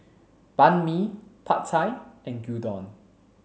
Banh Mi Pad Thai and Gyudon